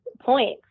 points